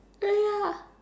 really lah